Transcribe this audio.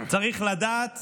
צריך לדעת